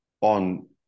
on